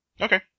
okay